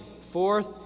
Fourth